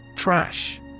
Trash